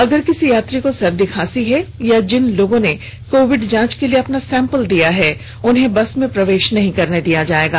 अगर किसी यात्री को सर्दी खांसी है या जिन लोगों ने कोविड जांच के लिए अपना सैंपल दिया है उन्हें बस में प्रवेश नहीं करने दिया जाएगा